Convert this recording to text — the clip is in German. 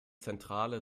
zentrale